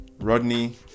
rodney